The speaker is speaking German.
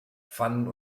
pfannen